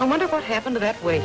i wonder what happened that way